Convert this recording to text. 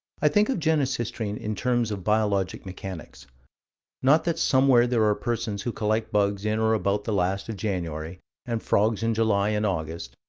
i think of genesistrine in terms of biologic mechanics not that somewhere there are persons who collect bugs in or about the last of january and frogs in july and august,